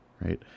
right